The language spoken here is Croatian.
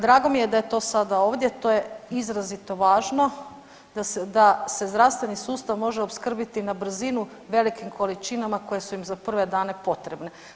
Drago mi je da je to sada ovdje, to je izrazito važno da se zdravstveni sustav može opskrbiti na brzinu velikim količinama koje su im za prve dane potrebne.